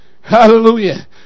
Hallelujah